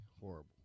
horrible